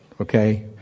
Okay